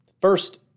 first